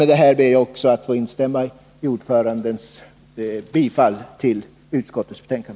Med detta ber jag att få instämma i utskottsordförandens yrkande om bifall till utskottets hemställan.